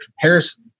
comparison